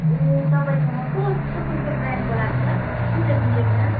ए तपाईँकोमा कस्तो कस्तो ब्रान्डको राख्छ कुन चाहिँ कुन चाहिँ ब्रान्ड